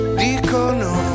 dicono